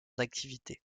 activité